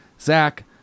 Zach